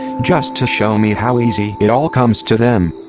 just to show me how easy it all comes to them!